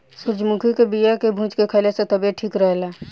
सूरजमुखी के बिया के भूंज के खाइला से तबियत ठीक रहेला